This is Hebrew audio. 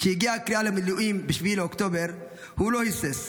כשהגיעה הקריאה למילואים ב-7 באוקטובר הוא לא היסס.